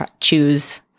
choose